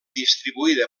distribuïda